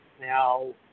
Now